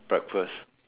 breakfast